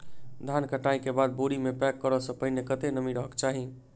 धान कटाई केँ बाद बोरी मे पैक करऽ सँ पहिने कत्ते नमी रहक चाहि?